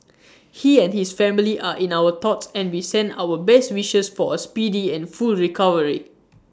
he and his family are in our thoughts and we send our best wishes for A speedy and full recovery